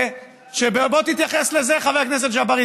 בוא תתייחס לזה, חבר הכנסת ג'בארין.